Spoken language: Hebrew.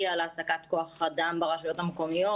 על העסקת כוח אדם ברשויות המקומיות.